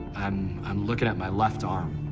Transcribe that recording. i'm, i'm looking at my left arm,